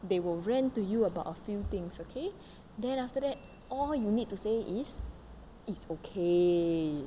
they will rant to you about a few things okay then after that all you need to say is it's okay